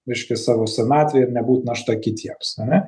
reiškia savo senatve ir nebūt našta kitiems ane